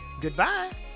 Goodbye